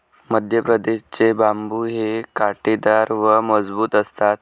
मध्यप्रदेश चे बांबु हे काटेदार व मजबूत असतात